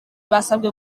basabwe